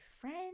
friend